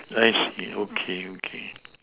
I see okay okay